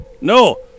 No